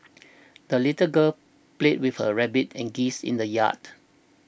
the little girl played with her rabbit and geese in the yard